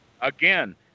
Again